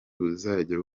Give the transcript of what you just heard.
buzajya